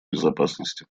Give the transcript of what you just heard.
безопасности